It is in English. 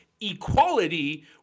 equality